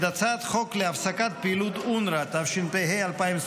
את הצעת חוק להפסקת פעילות אונר"א, התשפ"ה,2024,